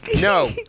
No